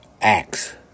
acts